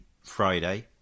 Friday